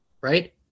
right